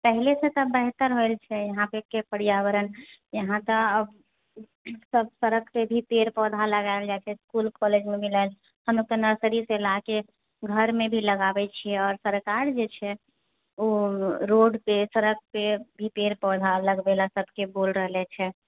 पहलेसँ तऽ बेहतर भेल छै यहाँ परके पर्यावरण यहाँ पर तऽ सब तरहकेँ पेड़ पौधा लगाएल गेल छै इसकुल कॉलेजमे मिलल हम सभ तऽ नर्सरीसँ लाके घरमे भी लगाबए छऐ आओर सरकार जे छै से ओऽ रोड पर सड़क पर भी पेड़ पौधा लगबए ले सबके बोल रहलै छै